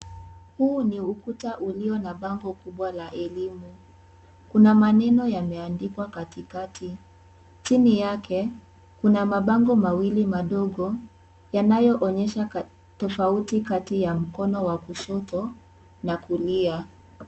Huu ni ukuta ulio na bango kubwa la elimu. Kuna maneno yameandikwa kati kati. Chini yake, kuna mabango mawili madogo yanayoonyesha tofauti Kati ya mkono wa kushoto na kulia.